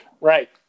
Right